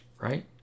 right